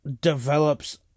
Develops